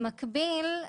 במקביל,